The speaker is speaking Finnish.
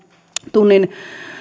tunnin